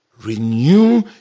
renew